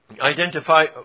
identify